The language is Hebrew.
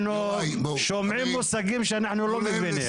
אנחנו שומעים מושגים שאנחנו לא מבינים.